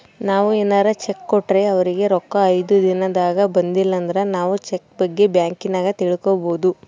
ನಾವು ಏನಾರ ಚೆಕ್ ಕೊಟ್ರೆ ಅವರಿಗೆ ರೊಕ್ಕ ಐದು ದಿನದಾಗ ಬಂದಿಲಂದ್ರ ನಾವು ಚೆಕ್ ಬಗ್ಗೆ ಬ್ಯಾಂಕಿನಾಗ ತಿಳಿದುಕೊಬೊದು